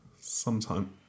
Sometime